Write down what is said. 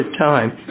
time